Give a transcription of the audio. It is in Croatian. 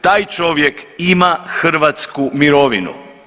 Taj čovjek ima hrvatsku mirovinu.